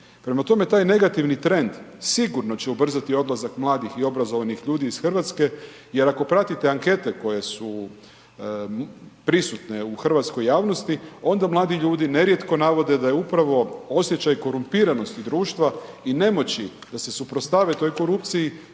Prema tome, taj negativni trend sigurno će ubrzati odlazak mladih i obrazovanih ljudi iz Hrvatske jer ako pratite ankete koje su prisutne u hrvatskoj javnosti onda mladi ljudi nerijetko navode da je upravo osjećaj korumpiranosti društva i nemoći da se suprotstave toj korupciji